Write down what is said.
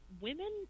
women